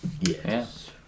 Yes